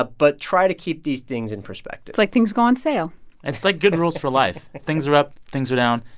ah but try to keep these things in perspective it's like things go on sale and it's like good rules for life. things are up. things are down.